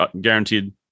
guaranteed